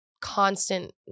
constant